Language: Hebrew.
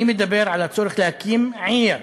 אני מדבר על הצורך להקים עיר,